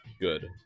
Good